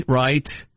right